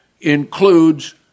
includes